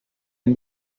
and